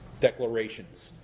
declarations